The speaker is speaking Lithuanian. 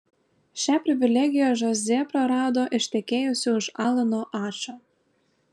šią privilegiją žozė prarado ištekėjusi už alano ačo